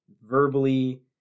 verbally